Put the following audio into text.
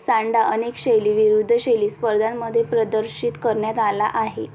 सांडा अनेक शैली विरुद्ध शैली स्पर्धांमध्ये प्रदर्शित करण्यात आला आहे